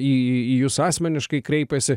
į jus asmeniškai kreipiasi